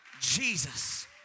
Jesus